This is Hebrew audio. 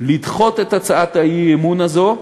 לדחות את הצעת האי-אמון הזאת,